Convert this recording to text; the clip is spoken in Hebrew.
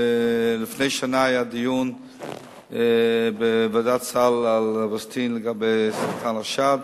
לפני שנה היה דיון בוועדת הסל על "אווסטין" לגבי סרטן השד.